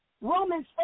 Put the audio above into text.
Romans